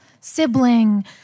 sibling